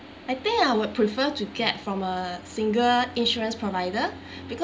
I think I would prefer to get from a single insurance provider be~